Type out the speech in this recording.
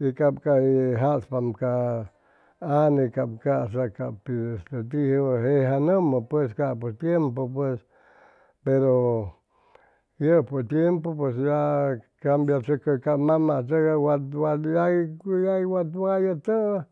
y cap caji hʉy jaspam ca anne cap ca'sa ca pit este jejanʉmʉ capʉ tiempu pues pero yʉpʉ y tiempu pues ya cambiachʉcʉ ca mam tʉgay yagui wat wayʉtʉʉ